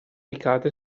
ricade